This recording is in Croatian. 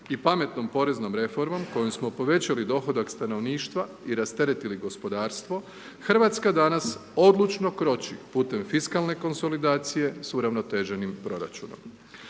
i pametnom poreznom reformom kojom smo povećali dohodak stanovništva i rasteretili gospodarstvo, RH danas odlučno kroči putem fiskalne konsolidacije s uravnoteženim proračunom.